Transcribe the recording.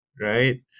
right